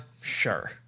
sure